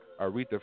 Aretha